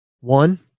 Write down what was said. One